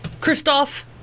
Christoph